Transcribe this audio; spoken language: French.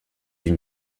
une